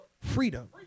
freedom